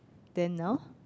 then now